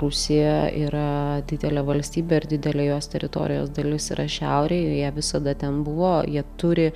rusija yra didelė valstybė ir didelė jos teritorijos dalis yra šiaurė ir jie visada ten buvo jie turi